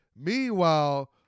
Meanwhile